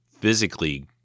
physically